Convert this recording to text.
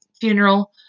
funeral